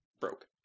Broke